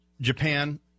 Japan